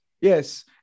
Yes